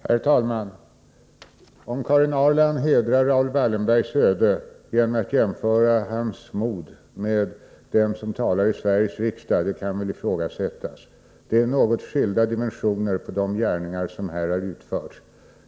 Herr talman! Om Karin Ahrland hedrar minnet av Raoul Wallenberg genom att jämföra hans mod med det mod som de visar som talar i Sveriges riksdag kan ifrågasättas. Dimensionerna är något olika när det gäller de gärningar som har utförts.